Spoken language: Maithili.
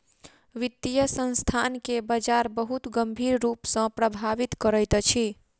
वित्तीय संस्थान के बजार बहुत गंभीर रूप सॅ प्रभावित करैत अछि